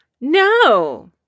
no